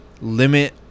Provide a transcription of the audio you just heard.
limit